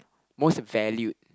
most in value